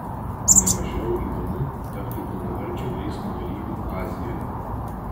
ne mažiau įdomu tapti pilnaverčiu eismo dalyviu azijoje